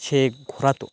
সে ঘোরাত